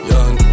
Young